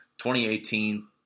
2018